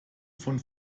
von